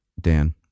Dan